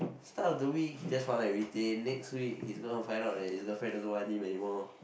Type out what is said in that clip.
start of the week he just wanna retain next week he's gonna find out that his girlfriend doesn't want him anymore